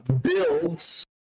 builds